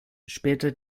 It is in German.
später